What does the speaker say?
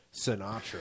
Sinatra